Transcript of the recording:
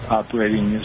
operating